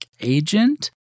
agent